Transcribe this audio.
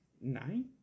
Nine